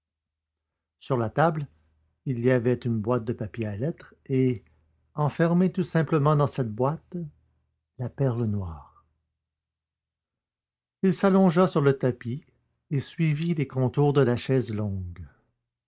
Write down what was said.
sur la table il y avait une boîte de papier à lettres et enfermée tout simplement dans cette boîte la perle noire il s'allongea sur le tapis et suivit les contours de la